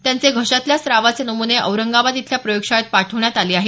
त्यांचे घशातल्या स्रावाचे नमुने औरंगाबाद इथल्या प्रयोगशाळेत पाठवण्यात आले आहेत